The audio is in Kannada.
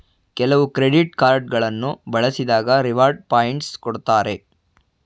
ಕೆಲವು ಕ್ರೆಡಿಟ್ ಕಾರ್ಡ್ ಗಳನ್ನು ಬಳಸಿದಾಗ ರಿವಾರ್ಡ್ ಪಾಯಿಂಟ್ಸ್ ಕೊಡ್ತಾರೆ